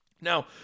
Now